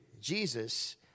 Jesus